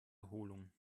erholung